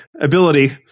ability